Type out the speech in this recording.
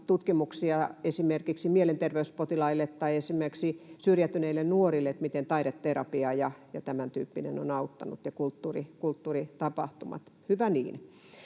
tutkimuksia esimerkiksi mielenterveyspotilaille tai esimerkiksi syrjäytyneille nuorille, miten taideterapia ja tämäntyyppinen on auttanut, ja kulttuuritapahtumat — hyvä niin.